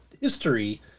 history